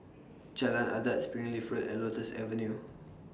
Jalan Adat Springleaf Road and Lotus Avenue